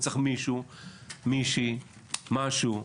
צריך מישהו, מישהי, משהו,